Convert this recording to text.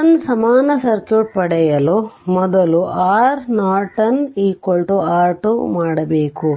Norton ಸಮಾನ circuit ಪಡೆಯಲು ಮೊದಲು R Norton R2 ಮಾಡಬೇಕು